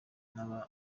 n’aba